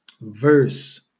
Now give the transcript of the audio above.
verse